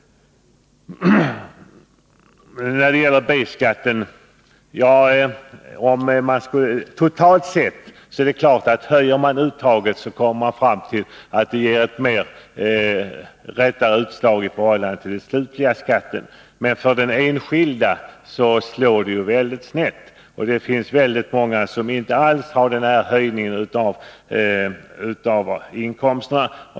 I fråga om B-skatten är det riktigt totalt sett, att om man höjer uttaget så får man in ett skattebelopp som mera överensstämmer med den slutliga skatten, men för den enskilde kan det slå ganska snett. Det finns många som inte alls har någon höjning av inkomsterna.